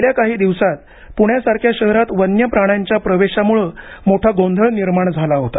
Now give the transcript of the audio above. गेल्या काही दिवसांत प्ण्यासारख्या शहरात वन्य प्राण्यांच्या प्रवेशाम्ळ मोठा गोंधळ निर्माण झाला होता